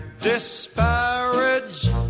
disparage